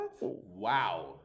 Wow